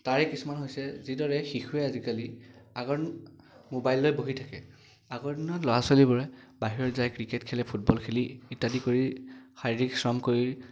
তাৰে কিছুমান হৈছে যিদৰে শিশুৱে আজিকালি আগত মোবাইল লৈ বহি থাকে আগৰ দিনৰ ল'ৰা ছোৱালীবোৰে বাহিৰত যাই ক্ৰিকেট খেলে ফুটবল খেলি ইত্যাদি কৰি শাৰীৰিক শ্ৰম কৰি